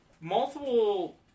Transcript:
Multiple